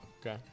Okay